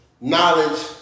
knowledge